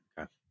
Okay